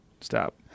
stop